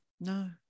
No